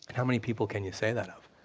and how many people can you say that of?